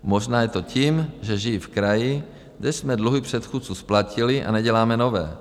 Možná je to tím, že žiji v kraji, kde jsme dluhy předchůdců splatili a neděláme nové.